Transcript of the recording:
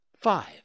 Five